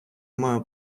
маю